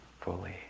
fully